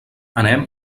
anem